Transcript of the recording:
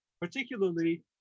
Particularly